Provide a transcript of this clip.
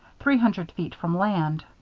three hundred feet from land.